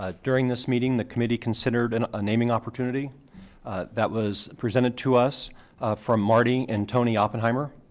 ah during this meeting the committee considered and a naming opportunity that was presented to us from marty and tony oppenheimer.